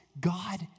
God